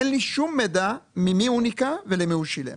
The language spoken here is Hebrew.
אין לי שום מידע ממי הוא ניכה ולמי הוא שילם,